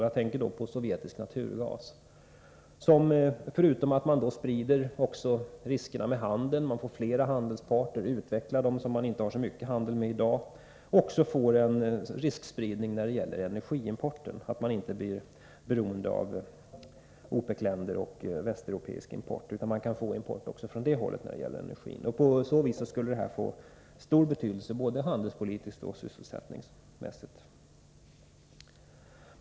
Jag tänker då på sovjetisk naturgas. Förutom att man på det sättet skulle sprida riskerna med handeln — man får fler handelspartner, utvecklar handeln med dem som man inte har så mycket handel med i dag — får man en ökad riskspridning när det gäller energiimport, så att man inte blir så beroende av OPEC-länder och västeuropeisk import utan kan importera också från detta håll. På så vis skulle detta få stor handelspolitisk och sysselsättningsmässig betydelse.